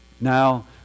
Now